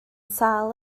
sâl